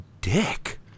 dick